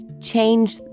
change